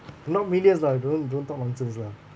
not millions lah you don't don't talk nonsense lah